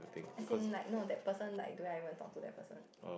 as in like not that person like do not even had talked to that person